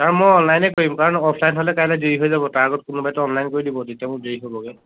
sir মই অনলাইনেই কৰিম কাৰণ অফলাইন হ'লে কাইলৈ দেৰি হৈ যাব তাৰ আগত কোনোবাইতো অনলাইন কৰি দিব তেতিয়া মোৰ দেৰি হ'বগৈ